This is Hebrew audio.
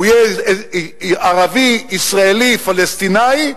הוא יהיה ערבי-ישראלי-פלסטיני,